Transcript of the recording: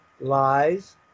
Lies